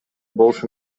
болушу